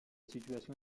situation